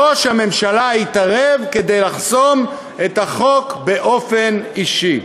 ראש הממשלה התערב כדי לחסום את החוק, באופן אישי.